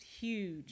huge